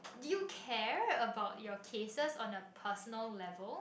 did you care about your cases on a personal level